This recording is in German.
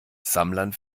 sammlern